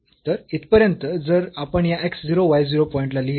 तर इथपर्यंत जर आपण या x 0 y 0 पॉईंट ला लिहले